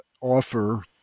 offer